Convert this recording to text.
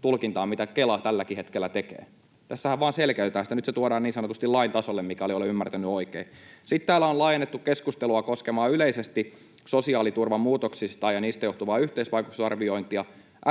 tulkintaa, mitä Kela tälläkin hetkellä tekee. Tässähän vain selkeytetään sitä. Nyt se tuodaan niin sanotusti lain tasolle, mikäli olen ymmärtänyt oikein. Sitten täällä on laajennettu keskustelua koskemaan yleisesti sosiaaliturvan muutoksia ja niistä johtuvaa yhteisvaikutusarviointia.